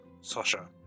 Sasha